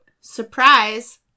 surprise